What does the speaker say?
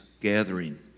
gathering